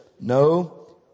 no